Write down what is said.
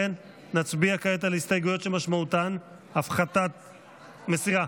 נצביע כעת על הסתייגויות שמשמעותן הפחתת, מסירה.